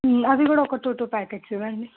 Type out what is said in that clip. అవి కూడా ఒక టూ టూ ప్యాకెట్స్ ఇవ్వండి